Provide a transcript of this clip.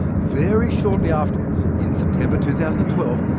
very shortly afterwards, in september two thousand and twelve,